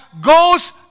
goes